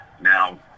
now